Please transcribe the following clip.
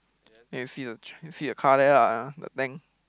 then you see the you see the car there ah the tank